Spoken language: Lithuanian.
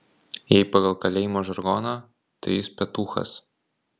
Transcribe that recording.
jei pagal kalėjimo žargoną tai jis petūchas